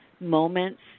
moments